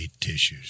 tissues